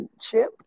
chip